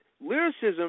lyricism